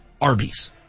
Arby's